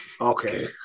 Okay